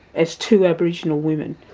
as two aboriginal women,